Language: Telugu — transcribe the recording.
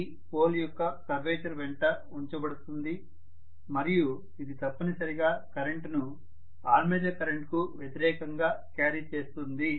ఇది పోల్ యొక్క కర్వేచర్ వెంట ఉంచబడుతుంది మరియు ఇది తప్పనిసరిగా కరెంటును ఆర్మేచర్ కరెంట్ కు వ్యతిరేకంగా క్యారీ చేస్తుంది